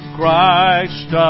Christ